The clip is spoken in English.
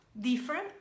Different